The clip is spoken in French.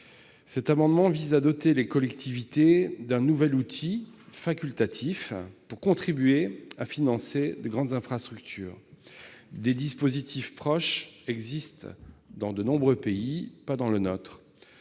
Cet amendement vise à doter les collectivités territoriales d'un nouvel outil facultatif pour contribuer à financer de grandes infrastructures. Des dispositifs proches existent dans de nombreux pays, pas dans le nôtre.